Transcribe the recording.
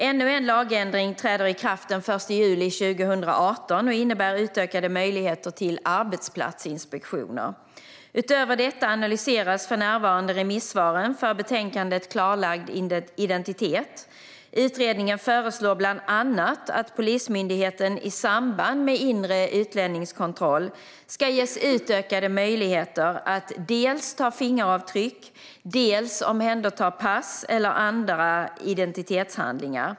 Ännu en lagändring träder i kraft den 1 juli 2018 och innebär utökade möjligheter till arbetsplatsinspektioner. Utöver detta analyseras för närvarande remissvaren för betänkandet Klarlagd identitet . Utredningen föreslår bland annat att Polismyndigheten i samband med inre utlänningskontroll ska ges utökade möjligheter att dels ta fingeravtryck, dels omhänderta pass eller andra identitetshandlingar.